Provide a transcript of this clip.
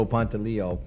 Pantaleo